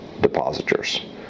depositors